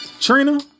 Trina